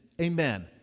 amen